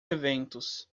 eventos